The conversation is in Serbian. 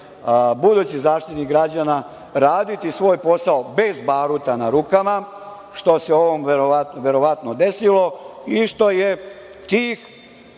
budući Zaštitnik građana raditi svoj posao bez baruta na rukama, što se ovome verovatno desilo i što je tih